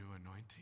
anointing